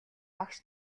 багш